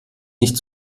nicht